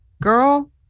Girl